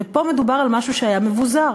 ופה מדובר על משהו שהיה מבוזר,